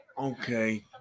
Okay